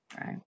Right